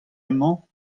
amañ